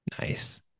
Nice